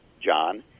John